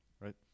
right